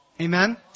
Amen